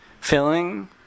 filling